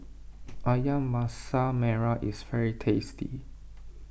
Ayam Masak Merah is very tasty